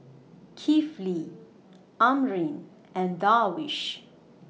Kifli Amrin and Darwish